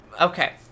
Okay